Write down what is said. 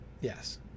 Yes